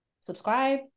subscribe